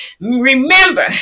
Remember